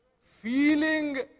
Feeling